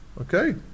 Okay